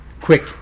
quick